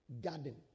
garden